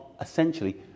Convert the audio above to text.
essentially